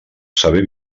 saber